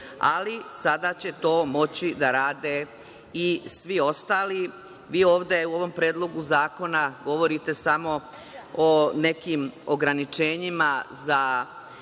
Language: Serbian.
ali sada će to moći da rade i svi ostali. Vi ovde, evo u ovom Predlogu zakona govorite samo o nekim ograničenjima za